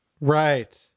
Right